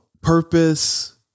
purpose